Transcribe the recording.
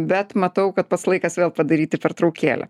bet matau kad pats laikas vėl padaryti pertraukėlę